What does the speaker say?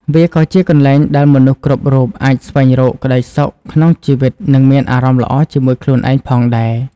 វាក៏ជាកន្លែងដែលមនុស្សគ្រប់រូបអាចស្វែងរកក្តីសុខក្នុងជីវិតនិងមានអារម្មណ៍ល្អជាមួយខ្លួនឯងផងដែរ។